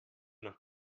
nach